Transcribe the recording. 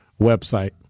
website